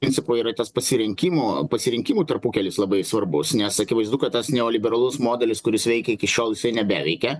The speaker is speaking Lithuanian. principo yra tas pasirinkimų pasirinkimų tarpukelis labai svarbus nes akivaizdu kad tas neoliberalus modelis kuris veikė iki šiol nebeveikia